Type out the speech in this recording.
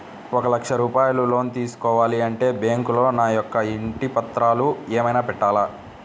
ఒక లక్ష రూపాయలు లోన్ తీసుకోవాలి అంటే బ్యాంకులో నా యొక్క ఇంటి పత్రాలు ఏమైనా పెట్టాలా?